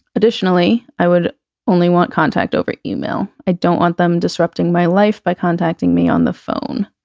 additionally, i would only want contact over email. i don't want them disrupting my life by contacting me on the phone.